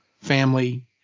family